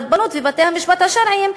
הרבנות ובתי-המשפט השרעיים,